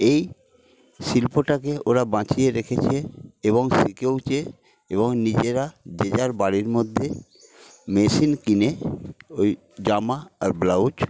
এই শিল্পটাকে ওরা বাঁচিয়ে রেখেছে এবং শিখেওছে এবং নিজেরা যে যার বাড়ির মধ্যে মেশিন কিনে ওই জামা আর ব্লাউজ